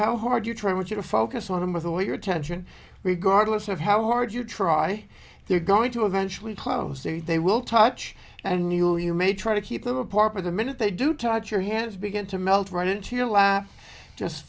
how hard you try want you to focus on them with all your attention we guard less of how hard you try they're going to eventually close to you they will touch and you'll you may try to keep them apart but the minute they do touch your hands begin to melt right into your lap just